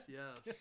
yes